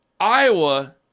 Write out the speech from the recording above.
Iowa